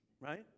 Right